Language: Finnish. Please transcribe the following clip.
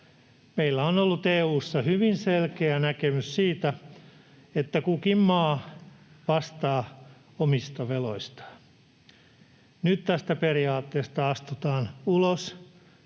Meillä on ollut EU:ssa hyvin selkeä näkemys siitä, että kukin maa vastaa omista veloistaan. Nyt tästä periaatteesta astutaan ulos,